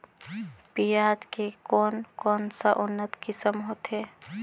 पियाज के कोन कोन सा उन्नत किसम होथे?